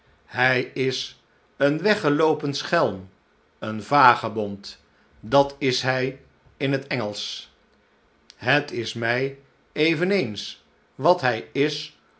hij is een weggeloopen schelm en een vagebond dat is hij in het engelsch het is mij eveneens wat hij is